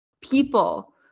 people